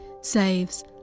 saves